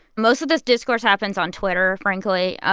most of this discourse happens on twitter, frankly, ah